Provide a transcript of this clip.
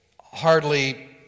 hardly